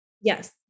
yes